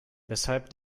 weshalb